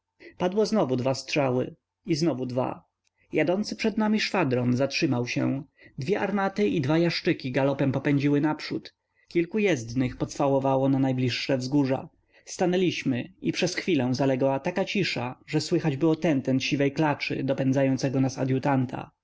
padło znowu dwa strzały i znowu dwa jadący przed nami szwadron zatrzymał się dwie armaty i dwa jaszczyki galopem popędziły naprzód kilku jezdnych pocwałowało na najbliższe wzgórza stanęliśmy i przez chwilę zaległa taka cisza że słychać było tentent siwej klaczy dopędzającego nas